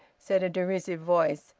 said a derisive voice.